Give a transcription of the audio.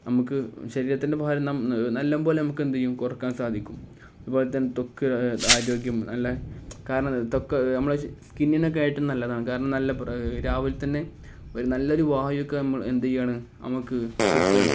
നമുക്കു ശരീരത്തിൻ്റെ ഭാരം നല്ലതു പോലെ നമുക്കെന്തെയ്യും കുറയ്ക്കാൻ സാധിക്കും അതുപോലെ തന്നെ ത്വക്ക് ആരോഗ്യം നല്ല കാരണം ത്വക്ക് നമ്മള് സ്കിന്നിനൊക്കെയായിട്ടും നല്ലതാണ് കാരണം നല്ല രാവിലെ തന്നെ ഒരു നല്ലൊരു വായുവൊക്കെ നമ്മള് എന്തെയ്യാണ് നമുക്ക് കിട്ടുകയാണ്